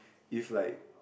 if like